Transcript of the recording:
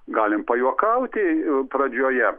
galim pajuokauti pradžioje